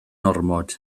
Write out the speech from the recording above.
ormod